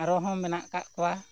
ᱟᱨᱚ ᱦᱚᱸ ᱢᱮᱱᱟᱜ ᱟᱠᱟᱫ ᱠᱚᱣᱟ